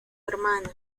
hermana